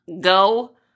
go